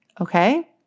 okay